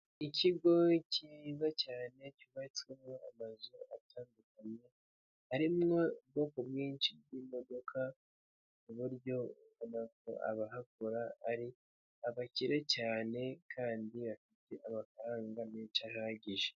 Ikigo kiyiza cyane, cyubatswemo amazu atandukanye harimowo ubwoko bwinshi bw'imodoka, ku buryo ubona ko abahakora ari abakire cyane kandi bafite amafaranga menshi ahagije.